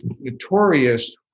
notorious